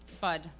bud